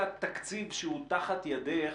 התקציב תחת ידך,